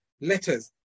letters